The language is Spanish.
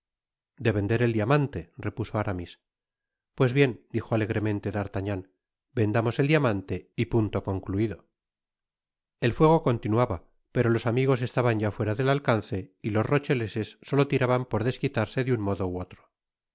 de vender el diamante repuso aramis pues bien dijo alegremente d'artagnan vendamos el diamante y punto concluido el fuego continuaba pero los amigos estaban ya fuera del alcance y los rocheleses solo tiraban por desquitarse de un modo ú otro